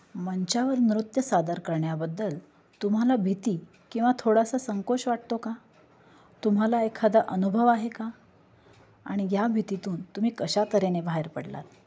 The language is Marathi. मंचावर नृत्य सादर करण्याबद्दल तुम्हाला भीती किंवा थोडासा संकोच वाटतो का तुम्हाला एखादा अनुभव आहे का आणि या भीतीतून तुम्ही कशा तऱ्हेने बाहेर पडलात